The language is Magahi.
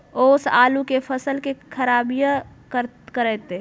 ओस आलू के फसल के खराबियों करतै?